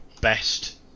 best